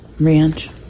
Ranch